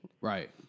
Right